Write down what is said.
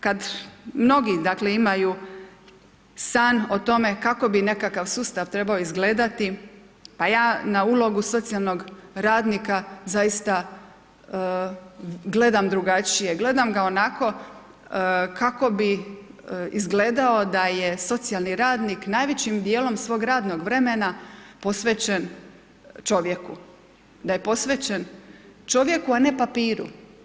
Kada mnogi dakle, imaju san o tome kako bi nekakav sustav trebao izgledati, pa ja na ulogu socijalnog radnika zaista gledam drugačije, gledam ga onako kako bi izgledao da je socijalni radnik, najvećim dijelom svog radnog vremena posvećen čovjeku, da je posvećen čovjeku a ne papiru.